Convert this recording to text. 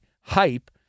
hype